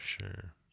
sure